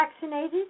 vaccinated